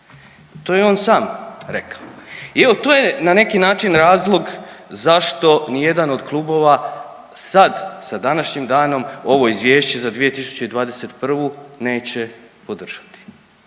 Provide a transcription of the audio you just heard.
to je on sam rekao. I evo to je na neki način razlog zašto nijedan od klubova sad sa današnjim danom ovo izvješće za 2021. neće podržati.